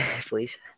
please